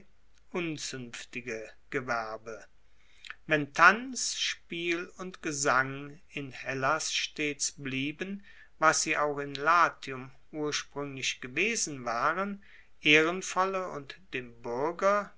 unzuenftige gewerbe wenn tanz spiel und gesang in hellas stets blieben was sie auch in latium urspruenglich gewesen waren ehrenvolle und dem buerger